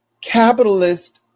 capitalist